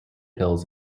hills